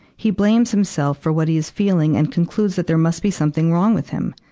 he blames himself for what he is feeling and concludes that there must be something wrong with him.